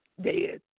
dead